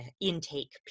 intake